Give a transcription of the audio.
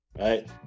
right